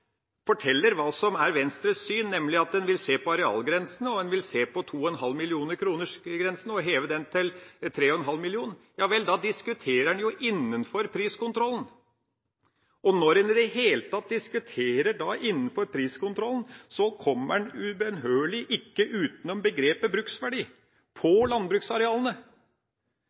forteller hva som er deres syn, nemlig at man vil se på arealgrensene og på 2,5 mill. kr-grensen og heve den til 3,5 mill. kr, diskuterer man innenfor priskontrollen. Når man i det hele tatt diskuterer innenfor priskontrollen, kommer man ubønnhørlig ikke utenom begrepet «bruksverdi» på landbruksarealene. Bruksverdi på landbruksarealene